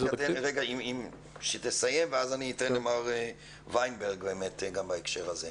היא תסיים ואז אני אתן למר וינברג גם בהקשר הזה.